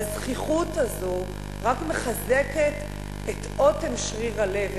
הזחיחות הזאת רק מחזקת את אוטם שריר הלב,